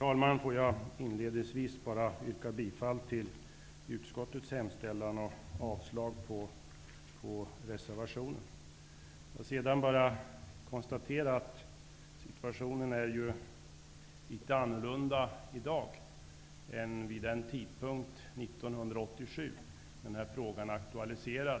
Herr talman! Inledningsvis yrkar jag bifall till utskottets hemställan och avslag på reservationen. Jag konstaterar att situationen i dag är litet annorlunda om man jämför med hur det var vid den tidpunkt 1987 då den här frågan aktualiserades.